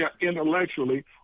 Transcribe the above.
intellectually